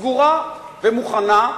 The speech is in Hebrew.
סגורה ומוכנה,